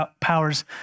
powers